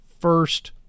first